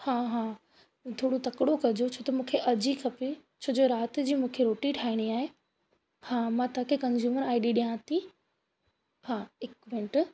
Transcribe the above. हा हा थोरो तकिड़ो कजो छो त मूंखे अॼु ई खपे छोजो राति जी मूंखे रोटी ठाहिणी आहे हा मां तव्हांखे कंज़्यूमर आईडी ॾिया थी हा हिकु मिनट